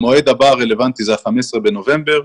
המועד הבא הרלוונטי הוא ה-15 בנובמבר.